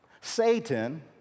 Satan